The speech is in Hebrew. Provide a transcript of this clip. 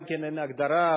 גם אין הגדרה,